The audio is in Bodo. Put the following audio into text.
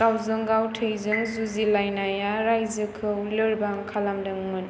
गावजों गाव थैजों जुजिलायनाया रायजोखौ लोरबां खालामदोंमोन